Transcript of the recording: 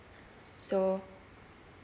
so